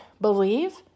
believe